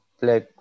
black